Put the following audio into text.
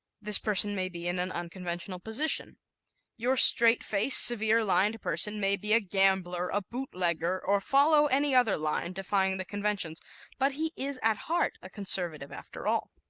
this person may be in an unconventional position your straight-faced, severe-lined person may be a gambler, a boot-legger, or follow any other line defying the conventions but he is at heart a conservative after all.